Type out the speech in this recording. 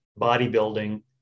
bodybuilding